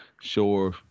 sure